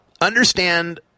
understand